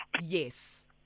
Yes